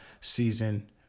season